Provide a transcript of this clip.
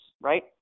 right